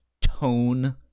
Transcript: tone